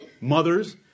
Mothers